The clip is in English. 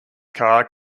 carr